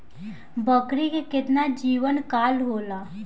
बकरी के केतना जीवन काल होला?